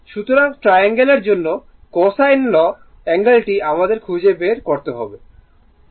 সুতরাং ট্রায়াঙ্গল এর জন্য কোসাইন ল অ্যাঙ্গেলটি আমাদের খুঁজে বের করতে হবে